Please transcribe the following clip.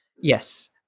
yes